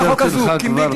אפשרתי לך כבר דקה מעל הזמן.